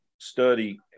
study